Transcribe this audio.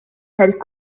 had